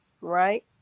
right